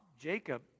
Jacob